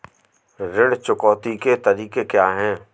ऋण चुकौती के तरीके क्या हैं?